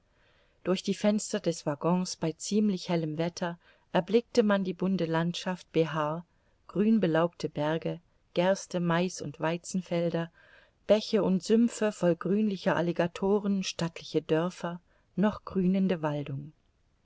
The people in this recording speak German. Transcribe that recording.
durch die fenster des waggons bei ziemlich hellem wetter erblickte man die bunte landschaft behar grün belaubte berge gerste mais und weizenfelder bäche und sümpfe voll grünlicher alligatoren stattliche dörfer noch grünende waldung